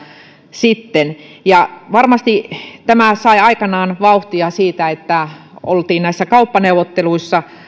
sitten varmasti tämä sai aikanaan vauhtia siitä että oltiin kauppaneuvotteluissa